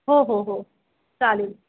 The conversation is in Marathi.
हो हो हो चालेल